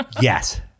Yes